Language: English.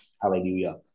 Hallelujah